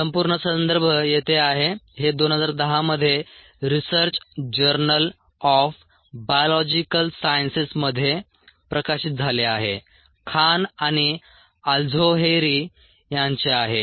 संपूर्ण संदर्भ येथे आहे हे 2010 मध्ये रिसर्च जर्नल ऑफ बायोलॉजिकल सायन्सेसमध्ये प्रकाशित झाले आहे खान आणि अल्झोहेयरी यांचे आहे